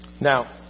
Now